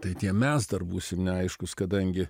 tai tie mes dar būsim neaiškūs kadangi